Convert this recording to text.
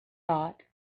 thought